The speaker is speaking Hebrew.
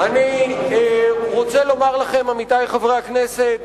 אני רוצה לומר לכם, עמיתי חברי הכנסת,